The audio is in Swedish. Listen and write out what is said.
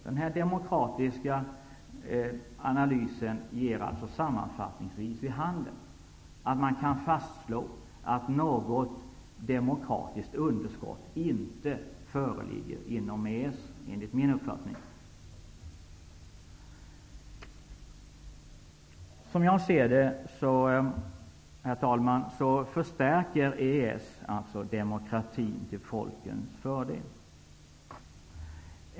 Denna demokratiska analys ger, enligt min uppfattning, sammanfattningsvis vid handen att man kan fastslå att något demokratiskt underskott inte föreligger inom EES. Herr talman! Som jag ser det förstärker EES demokratin till folkens fördel.